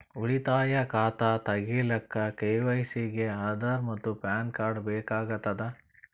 ಉಳಿತಾಯ ಖಾತಾ ತಗಿಲಿಕ್ಕ ಕೆ.ವೈ.ಸಿ ಗೆ ಆಧಾರ್ ಮತ್ತು ಪ್ಯಾನ್ ಕಾರ್ಡ್ ಬೇಕಾಗತದ